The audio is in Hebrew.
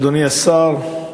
אדוני השר,